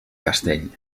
castell